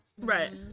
Right